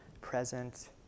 present